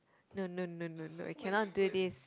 no no no no no you cannot do this